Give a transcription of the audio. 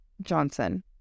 johnson